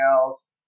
else